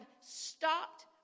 stopped